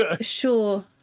Sure